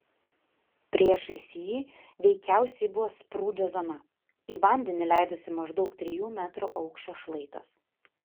priešais jį veikiausiai buvo sprūdžio zona į vandenį leidosi maždaug trijų metrų aukščio šlaitas